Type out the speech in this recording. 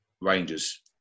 Rangers